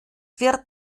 wird